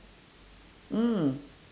mm